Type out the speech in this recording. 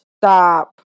stop